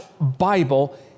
Bible